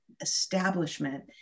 establishment